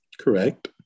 Correct